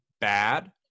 bad